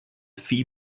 phi